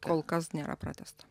kol kas nėra pratęsta